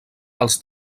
als